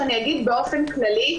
ואני אגיד באופן כללי,